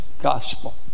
gospel